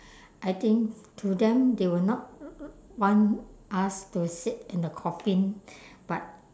I think to them they will not want us to sit in the coffin but